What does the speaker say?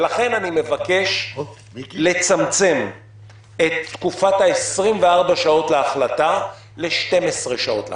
ולכן אני מבקש לצמצם את תקופת ה-24 שעות להחלטה ל-12 שעות להחלטה,